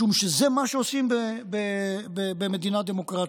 משום שזה מה שעושים במדינה דמוקרטית.